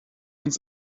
uns